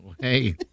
Hey